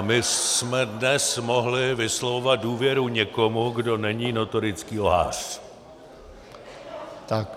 A my jsme dnes mohli vyslovovat důvěru někomu, kdo není notorický lhář.